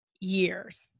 years